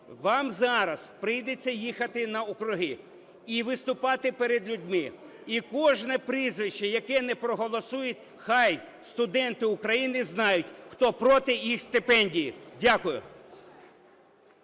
вам зараз прийдеться їхати на округи і виступати перед людьми, і кожне прізвище, яке не проголосують, хай студенти України знають, хто проти їх стипендії. Дякую.